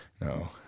No